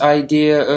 idea